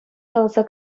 каласа